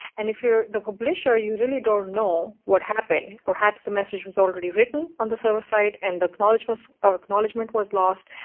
and if you're the publisher, you really don't know what happened. perhaps the message was already written on the server side and the acknowledgement ah acknowledgement was lost,